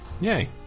Yay